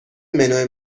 منو